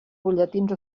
butlletins